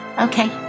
Okay